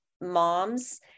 moms